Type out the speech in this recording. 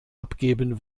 abgeben